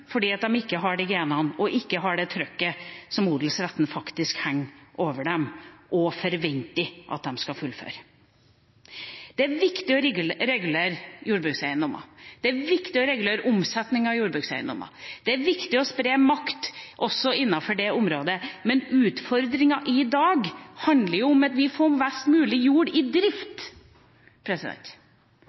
fordi de ikke har genene og ikke har det trykket fra odelsretten hengende over seg – som det forventes at de skal fullføre. Det er viktig å regulere jordbrukseiendommer, regulere omsetningen av jordbrukseiendommer, det er viktig å spre makt også innenfor det området, men utfordringen i dag handler om å få mest mulig jord i drift.